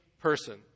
person